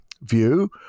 view